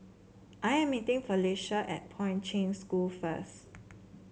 I am meeting Felisha at Poi Ching School first